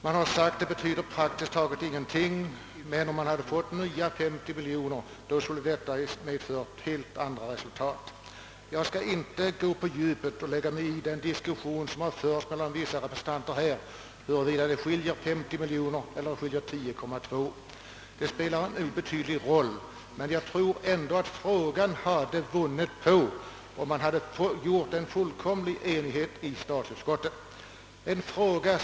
Man har sagt att det betyder praktiskt taget ingenting men att ytterligare 50 miljoner skulle ha medfört helt andra resultat. Jag skall inte gå på djupet och lägga mig i diskussionen huruvida det skiljer på 50 eller 10,2 miljoner. Det spelar en obetydlig roll. Men jag tror ändå att frågan hade vunnit på att man hade nått fullkomlig enighet i statsutskottet.